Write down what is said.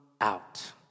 out